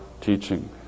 teaching